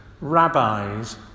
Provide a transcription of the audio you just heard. rabbis